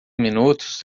minutos